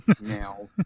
Now